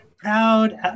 proud